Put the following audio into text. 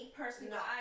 personally